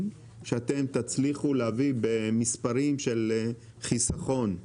שאתם תצליחו להביא במספרים של חיסכון,